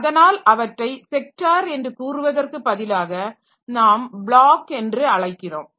அதனால் அவற்றை ஸெக்டார் என்று கூறுவதற்கு பதிலாக நாம் பிளாக் என்று அழைக்கிறோம்